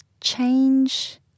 change